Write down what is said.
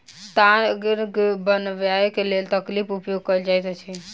ताग बनयबाक लेल तकलीक उपयोग कयल जाइत अछि